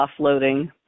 offloading